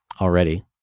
already